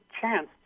chance